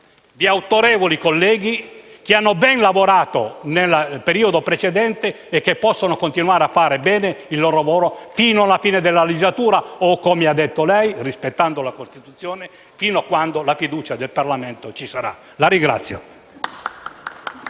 di autorevoli colleghi, che hanno ben lavorato nel periodo precedente e che possono continuare a fare bene il loro lavoro fino alla fine della legislatura o, come ha detto lei, rispettando la Costituzione, fino a quando la fiducia del Parlamento ci sarà. *(Applausi